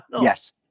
yes